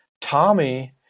Tommy